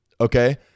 okay